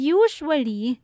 usually